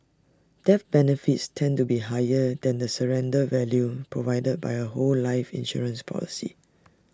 death benefits tend to be higher than the surrender value provided by A whole life insurance policy